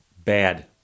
Bad